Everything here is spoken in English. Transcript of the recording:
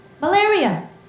malaria